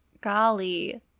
golly